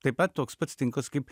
taip pat toks pats tinklas kaip